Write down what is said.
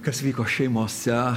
kas vyko šeimose